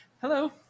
hello